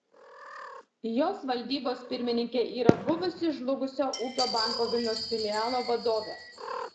jos valdybos pirmininkė yra buvusi žlugusio ūkio banko vilniaus filialo vadovė